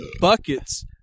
buckets